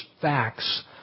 facts